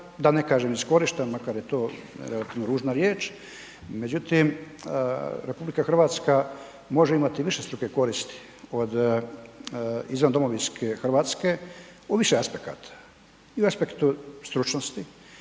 da ne kažem iskorišten makar je to relativno ružna riječ međutim RH može imati višestruke koristi od izvandomovinske Hrvatske u više aspekata. I u aspektu stručnosti